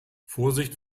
vorsicht